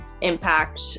impact